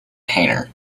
painter